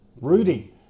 Rudy